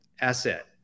asset